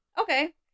Okay